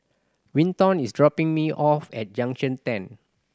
Vinton is dropping me off at Junction Ten